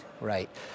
right